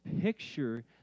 picture